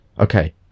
okay